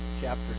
chapter